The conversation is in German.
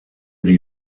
die